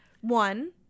one